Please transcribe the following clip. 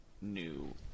new